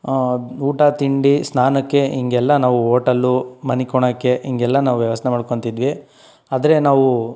ಊಟ ತಿಂಡಿ ಸ್ನಾನಕ್ಕೆ ಹೀಗೆಲ್ಲ ನಾವು ಹೋಟಲ್ಲು ಮಲ್ಕೊಳ್ಳೋಕ್ಕೆ ಹೀಗೆಲ್ಲ ನಾವು ವ್ಯವಸ್ಥೆ ಮಾಡ್ಕೋತಿದ್ವಿ ಆದರೆ ನಾವು